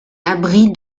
abri